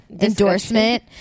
endorsement